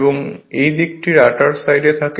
এবং এই দিকটি রটার সাইডে থাকে